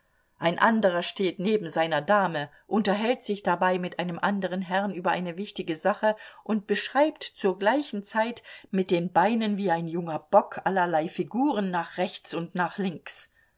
ein anderer steht neben seiner dame unterhält sich dabei mit einem anderen herrn über eine wichtige sache und beschreibt zur gleichen zeit mit den beinen wie ein junger bock allerlei figuren nach rechts und nach links